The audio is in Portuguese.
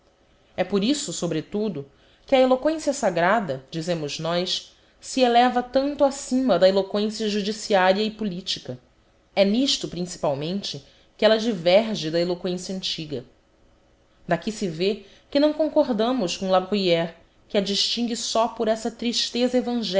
e por isso sobretudo que a eloquência sagrada dizemos nós se eleva tanto acima da eloquência judiciaria e politica é nisto principalmente que ella diverge da eloquência antiga d'aqui se vê que não concordamos com la bruyre que a distingue só por essa tristeza